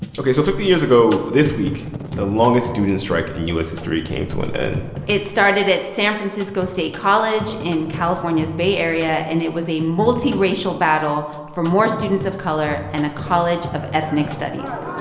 ok, so fifty years ago this week, the longest student strike in u s. history came to an end it started at san francisco state college in california's bay area, and it was a multiracial battle for more students of color and a college of ethnic studies